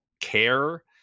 care